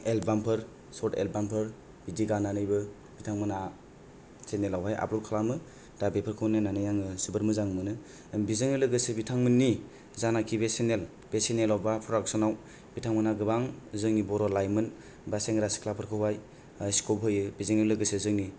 album फोर सर्ट album फोर बिदि गानानैबो बिथां मोनहा चेनेलावहाय आपलड खालामो दा बेफोरखौ नायनानै आङो जोबोर मोजां मोनो बेजोंनो लोगोसे बिथांमोननि जानाखि बे चेनेल बे चेनेलाव बा प्रडाक्सन आव बिथांमोनहा गोबां जोंनि बर' लाइमोन बा सेंग्रा सिख्लाफोरखौहाय स्कफ होयो बेजोंनो लोगोसे जोंनि